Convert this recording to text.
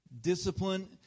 Discipline